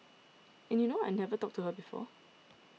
and you know I had never talked to her before